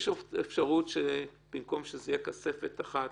יש אפשרות במקום כספת אחת,